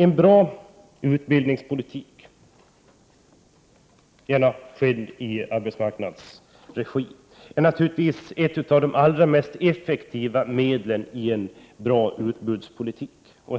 En bra utbildningspolitik i arbetsmarknadsregi är naturligtvis ett av de mest effektiva medlen i en bra utbudspolitik och